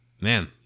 Man